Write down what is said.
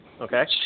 okay